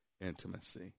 intimacy